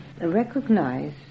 recognize